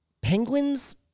Penguins